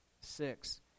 six